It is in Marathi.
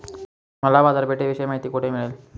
मला बाजारपेठेविषयी माहिती कोठे मिळेल?